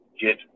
Get